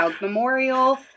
Memorial